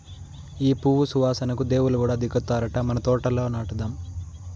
ఈ పువ్వు సువాసనకు దేవుళ్ళు కూడా దిగొత్తారట మన తోటల నాటుదాం